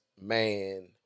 man